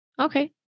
Okay